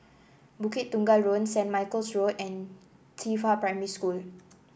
Bukit Tunggal Road Saint Michael's Road and Qifa Primary School